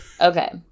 Okay